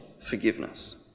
forgiveness